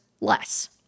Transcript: less